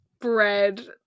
bread